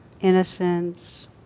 innocence